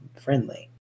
friendly